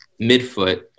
midfoot